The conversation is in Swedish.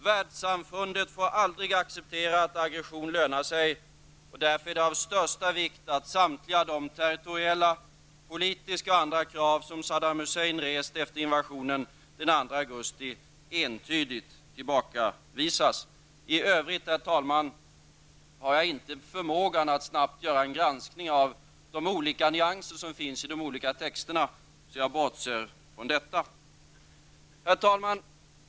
Världsamfundet får aldrig acceptera att aggression lönar sig, och därför är det av största vikt att samtliga de territoriella, politiska och andra krav som Saddam Hussein rest efter invasionen den 2 augusti entydigt tillbakavisas. I övrigt, herr talman, har jag inte förmågan att snabbt göra en granskning av de nyanser som finns i de olika texterna, så jag bortser från detta. Herr talman!